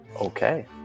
Okay